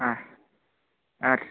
ಹಾಂ ಹಾಂ